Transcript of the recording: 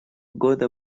года